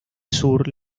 sur